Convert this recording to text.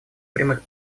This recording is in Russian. прямых